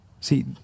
See